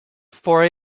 for